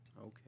Okay